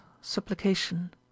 supplication